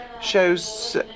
shows